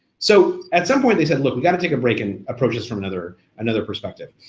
so at some point they said look, we gotta take a break and approach this from another another perspective.